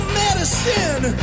medicine